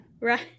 Right